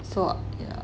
so yeah